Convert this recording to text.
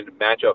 matchup